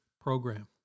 program